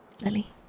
Lily